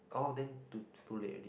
oh then too too late already what